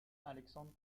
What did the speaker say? alexandre